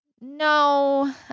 No